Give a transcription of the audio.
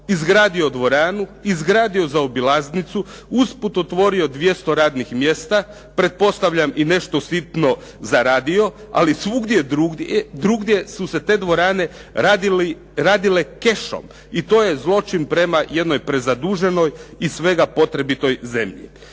izgradio dvoranu, izgradio zaobilaznicu, usput otvorio 200 radnih mjesta, pretpostavljam i nešto sitno zaradio, ali svugdje drugdje su se te dvorane radile kešom i to je zločin prema jednoj prezaduženoj i svega potrebitoj zemlji.